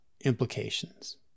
implications